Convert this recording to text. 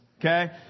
Okay